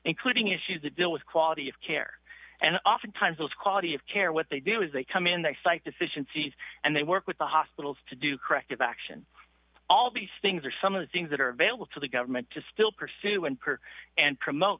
including issues to deal with quality of care and oftentimes those quality of care what they do is they come in they cite deficiencies and they work with the hospitals to do corrective action all these things are some of the things that are available to the government to still pursue in perth and promote